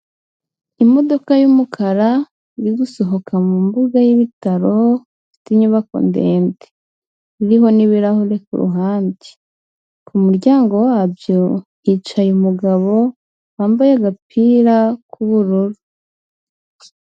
Imodoka y'umukara iri gusohoka mu mbuga y'ibitaro, bifite inyubako ndende, iriho n'ibirahuri kuru ruhande. Ku muryango wabyo hicaye umugabo wambaye agapira k'ubururu.